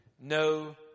no